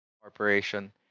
corporation